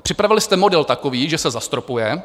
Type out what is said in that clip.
Připravili jste model takový, že se zastropuje.